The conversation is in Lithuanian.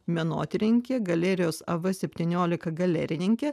menotyrininkė galerijos av septyniolika galerininkė